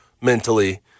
mentally